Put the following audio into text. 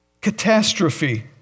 Catastrophe